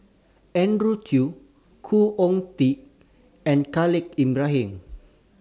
Andrew Chew Khoo Oon Teik and Khalil Ibrahim